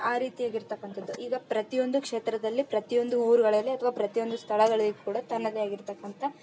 ಆ ರೀತಿಯಾಗಿರತಕ್ಕಂಥದ್ದು ಈಗ ಪ್ರತಿಯೊಂದು ಕ್ಷೇತ್ರದಲ್ಲಿ ಪ್ರತಿಯೊಂದು ಊರುಗಳಲ್ಲಿ ಅಥವಾ ಪ್ರತಿಯೊಂದು ಸ್ಥಳಗಳಿಗೆ ಕೂಡ ತನ್ನದೇ ಆಗಿರತಕ್ಕಂಥ